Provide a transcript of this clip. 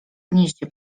gnieździe